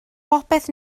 bopeth